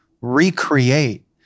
recreate